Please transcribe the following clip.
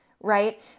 right